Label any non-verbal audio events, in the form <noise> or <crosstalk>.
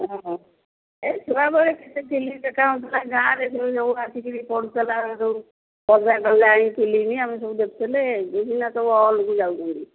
ହଁ <unintelligible> କେତେ ଫିଲ୍ମ ଦେଖା ହେଉଥିଲା ଗାଁ'ରେ ଆସିକିରି ପଡ଼ୁଥିଲା ସବୁ <unintelligible> କଲେ ଆଇକିନି ଆମେ ସବୁ ଦେଖୁଥିଲେ ବୁଝିନା ସବୁ ହଲ୍କୁ ଯାଉଛନ୍ତି